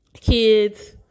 kids